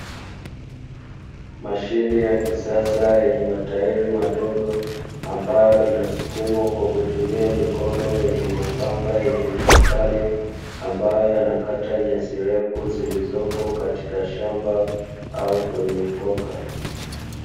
Mashine ya kisasa yenye matairi madogo ambayo inasukumwa kwa kutumia mikono yenye mapanga yenye ncha kali ambayo yanakata nyasi refu zilizopo katika shamba au kwenye ukoka